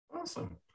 awesome